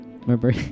Remember